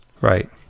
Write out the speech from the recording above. Right